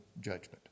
judgment